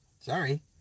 Sorry